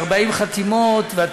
הורחקת על-ידי סגנית היושב-ראש?